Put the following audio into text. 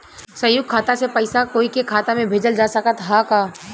संयुक्त खाता से पयिसा कोई के खाता में भेजल जा सकत ह का?